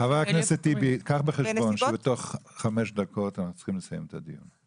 קח בחשבון שתוך 5 דקות אנו צריכים לסיים את הדיון.